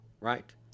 Right